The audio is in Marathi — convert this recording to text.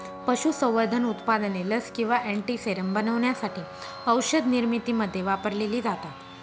पशुसंवर्धन उत्पादने लस किंवा अँटीसेरम बनवण्यासाठी औषधनिर्मितीमध्ये वापरलेली जातात